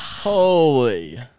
Holy